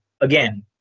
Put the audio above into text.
again